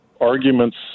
arguments